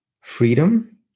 freedom